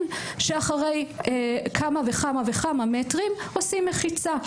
שאחרי כמה וכמה מטרים עושים מחיצה.